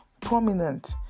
prominent